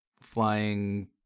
flying